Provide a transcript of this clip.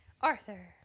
Arthur